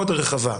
מאוד רחבה.